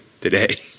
today